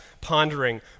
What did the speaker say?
pondering